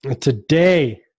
Today